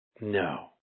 No